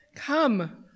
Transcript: Come